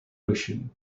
ocean